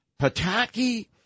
Pataki